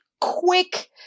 quick